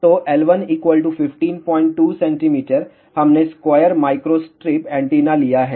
तो L1 152 cm हमने square microstrip antenna लिया है